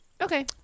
okay